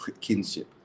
kinship